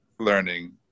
learning